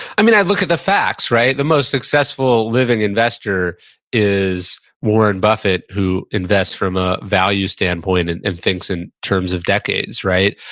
i mean, i look at the facts, right? the most successful living investor is warren buffett, who invests from a value standpoint and and thinks in terms of decades, right?